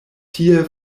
tie